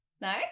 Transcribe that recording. No